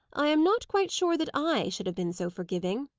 i am not quite sure that i should have been so forgiving.